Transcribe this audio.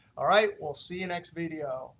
all right, we'll see you next video.